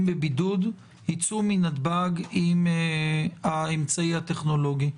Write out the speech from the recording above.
בבידוד יצאו מנתב"ג עם האמצעי הטכנולוגי?